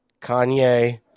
Kanye